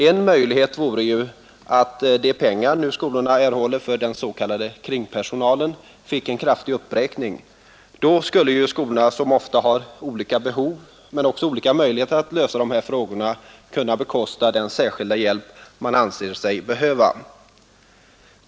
En möjlighet vore att de pengar skolorna nu erhåller för den s.k. kringpersonalen uppräknades kraftigt. Då skulle skolorna. som ofta har olika behov men också olika möjligheter att lösa dessa problem, kunna bekosta den särskilda hjälp de anser sig behöva.